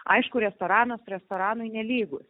aišku restoranas restoranui nelygus